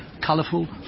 Colourful